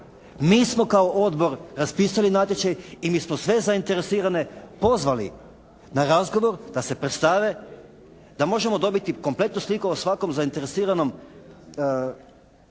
Mi smo kao odbor raspisali natječaj i mi smo sve zainteresirane pozvali na razgovor da se predstave, da možemo dobiti kompletnu sliku o svakom zainteresiranom